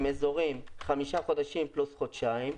אזורים תוך חמישה חודשים פלוס חודשיים,